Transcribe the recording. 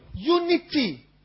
Unity